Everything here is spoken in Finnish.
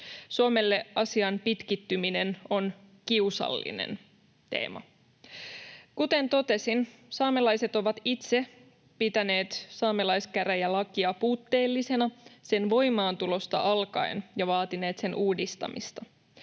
Suomelle asian pitkittyminen on kiusallinen teema. Kuten totesin, saamelaiset ovat itse pitäneet saamelaiskäräjälakia puutteellisena sen voimaantulosta alkaen ja vaatineet sen uudistamista.